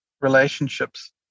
relationships